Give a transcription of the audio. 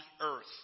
earth